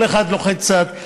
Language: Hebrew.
כל אחד לוחץ קצת.